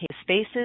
spaces